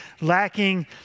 lacking